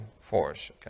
force